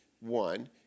one